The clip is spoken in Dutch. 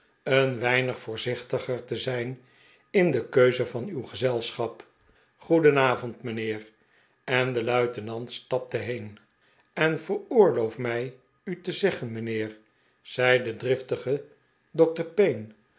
een weinig voorzichtiger te zijn in de keuze van uw gezelschap goedenavond mijnheer en de luitenant stapte heen bn veroorloof m ij u te zeggen mijnheer zei de driftige dokter payne